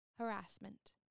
Harassment